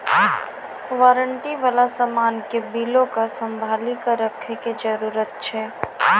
warranty बाला समान के बिलो के संभाली के रखै के जरूरत छै